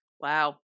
Wow